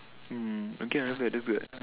mm okay ah not bad that's good